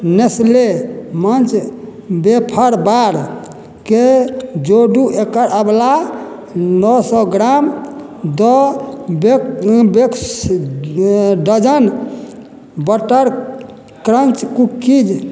Nestle Munch wafer बारके जोड़ू एकर अलावा नओ सओ ग्राम दऽ बे baker's dozen butter crunch cookies